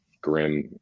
grim